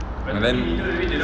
and then